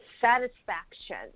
satisfaction